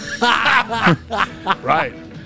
Right